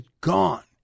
gone